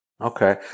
Okay